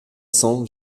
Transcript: cents